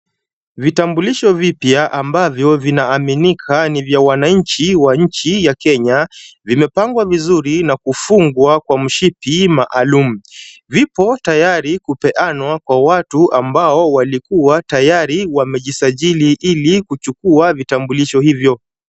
Vitambulisho vipya ambavyo vinaaminika ni vya wananchi wa nchi ya Kenya, vimepangwa vizuri na kufungwa kwa mshipi maalum. Vipo tayari kupeanwa kwa watu ambao walikuwa tayari wamejisajili ili kuchukua vitambulisho hivyo.